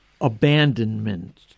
abandonment